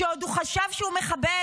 עוד כשהוא חשב שהוא מחבל.